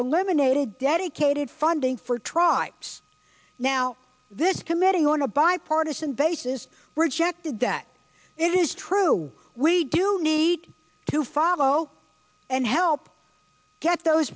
eliminated dedicated funding for tribes now this committing on a bipartisan basis rejected that it is true we do need to follow and help get those